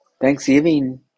Thanksgiving